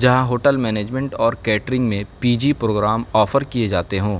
جہاں hotel management اور catering میں پی جی پروگرام آفر کیے جاتے ہوں